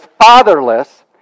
fatherless